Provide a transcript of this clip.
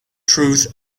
truth